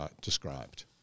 described